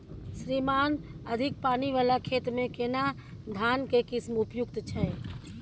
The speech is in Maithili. श्रीमान अधिक पानी वाला खेत में केना धान के किस्म उपयुक्त छैय?